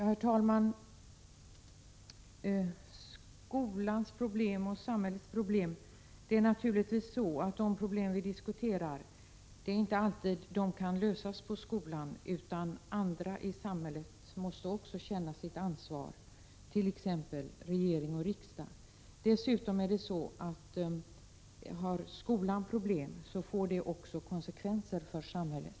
Herr talman! Skolans problem och samhällets problem — de problem som vi diskuterar kan naturligtvis inte alltid lösas på skolan. Även andra delar av samhället måste känna sitt ansvar, t.ex. regering och riksdag. Har skolan problem får detta också konsekvenser för samhället.